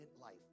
life